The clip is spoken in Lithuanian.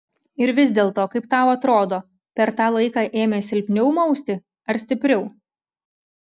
ir vis dėlto kaip tau atrodo per tą laiką ėmė silpniau mausti ar stipriau